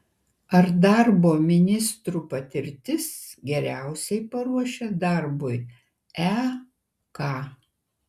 ar darbo ministru patirtis geriausiai paruošia darbui ek